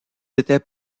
étaient